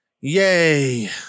Yay